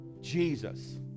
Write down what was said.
Jesus